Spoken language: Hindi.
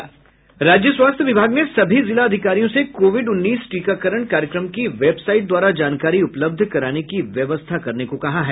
राज्य स्वास्थ्य विभाग ने सभी जिला अधिकारियों से कोविड उन्नीस टीकाकरण कार्यक्रम की वेबसाइट द्वारा जानकारी उपलब्ध कराने की व्यवस्था करने को कहा है